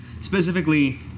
Specifically